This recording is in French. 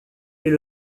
est